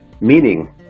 Meaning